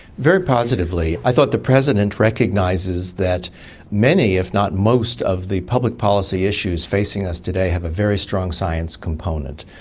very positively. i thought the president recognises that many, if not most of the public policy issues facing us today have a very strong science component.